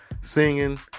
singing